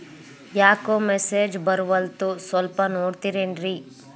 ಯಾಕೊ ಮೆಸೇಜ್ ಬರ್ವಲ್ತು ಸ್ವಲ್ಪ ನೋಡ್ತಿರೇನ್ರಿ?